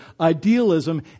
idealism